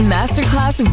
Masterclass